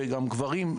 וגם גברים,